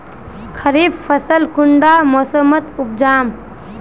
खरीफ फसल कुंडा मोसमोत उपजाम?